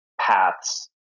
paths